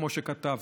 כמו שכתבת,